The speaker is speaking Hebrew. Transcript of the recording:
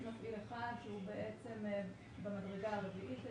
יש מפעיל אחד הוא במדרגה הרביעית היום.